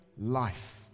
life